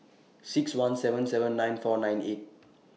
six one seven seven nine four nine eight